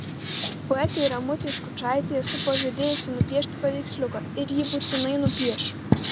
poetei ramutei skučaitei esu pažadėjusi nupiešti paveiksliuką ir jį būtinai nupiešiu